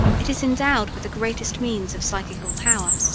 it is endowed with the greatest means of psychical power.